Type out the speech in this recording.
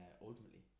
Ultimately